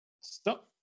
Stop